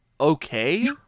okay